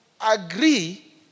agree